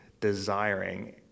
desiring